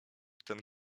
ten